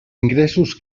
ingressos